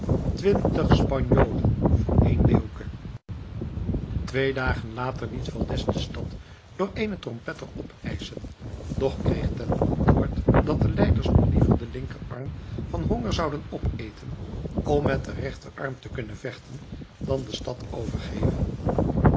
twintig spanjolen voor één leeuwke twee dagen later liet valdez de stad door eenen trompetter opeischen doch kreeg ten antwoord dat de leidenaars nog liever den linkerarm van honger zouden opeten om met den rechterarm te kunnen vechten dan de stad over